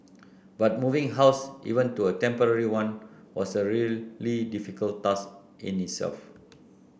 but moving house even to a temporary one was a really difficult task in itself